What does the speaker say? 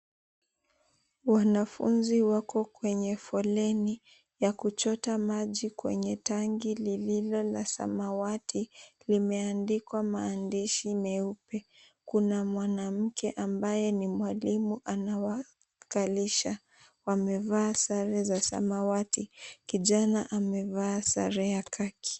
Wanafunzi wako kwenye foleni ya kuchota maji kwenye tangi lililo la samawati, limeandikwa maandishi meupe. Kuna mwanamke ambaye ni mwalimu anawakalisha. Wamevaa sare za samawati. Kijana amevaa sare ya khaki .